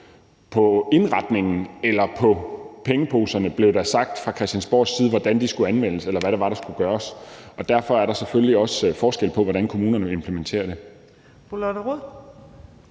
indretningen eller pengeposerne, blev der sagt fra Christiansborgs side, hvordan de skulle anvendes, eller hvad det var, der skulle gøres. Derfor er der selvfølgelig også forskel på, hvordan kommunerne vil implementere det.